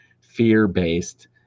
fear-based